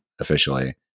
officially